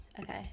Okay